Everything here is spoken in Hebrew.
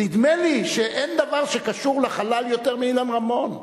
נדמה לי שאין דבר שקשור לחלל יותר מאילן רמון.